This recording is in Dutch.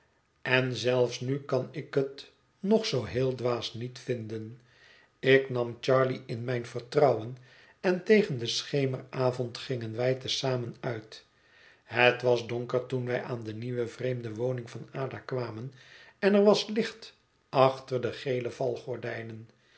en zelfs nu kan ik het nog zoo heel dwaas niet vinden ik nam charley in mijn vertrouwen en tegen den schemeravond gingen wij te zamen uit het was donker toen wij aan de nieuwe vreemde woning van ada kwamen en er was licht achter de gele